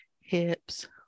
hips